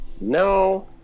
No